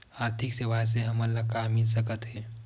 आर्थिक सेवाएं से हमन ला का मिल सकत हे?